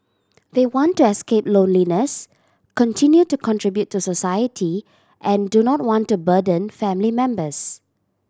they want to escape loneliness continue to contribute to society and do not want to burden family members